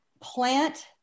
Plant